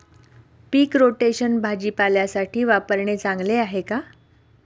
पीक rotation भाजीपाल्यासाठी वापरणे चांगले आहे का?